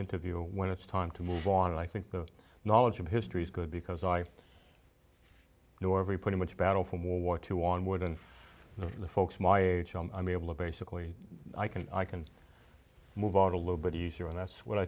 interview when it's time to move on and i think the knowledge of history is good because i you know every pretty much battle from war to on more than the folks my age i'm able to basically i can i can move on a little bit easier and that's what i